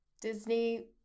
Disney